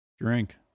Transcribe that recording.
drink